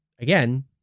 again